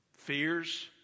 fears